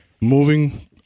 moving